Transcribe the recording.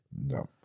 No